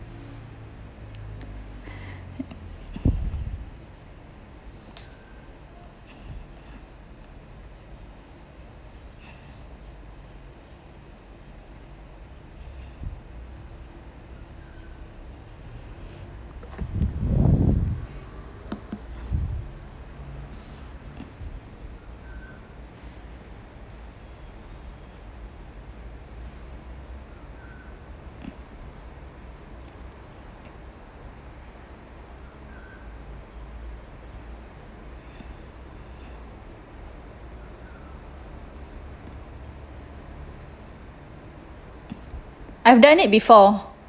I've done it before